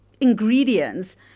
ingredients